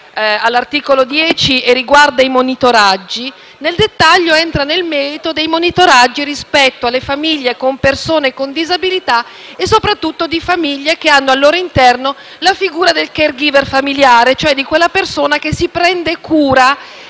all'articolo 10 e riguarda i monitoraggi, nel dettaglio entra nel merito dei monitoraggi rispetto alle famiglie con persone con disabilità e soprattutto di famiglie che hanno al loro interno la figura del *caregiver* familiare, cioè di quella persona che si prende cura